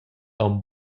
aunc